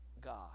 God